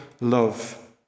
love